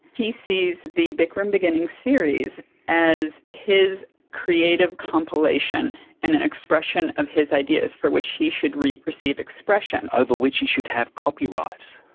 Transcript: he sees the bikram beginning series as his creative compilation and an expression of his ideas, for which he should receive expression. over which he should have copyright.